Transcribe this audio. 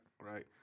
Right